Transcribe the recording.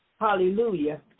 Hallelujah